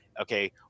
Okay